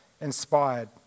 inspired